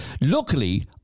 Luckily